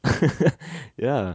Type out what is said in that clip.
hehe ya